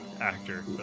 actor